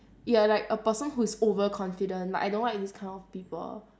you are like a person who's over confident like I don't like this kind of people